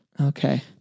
Okay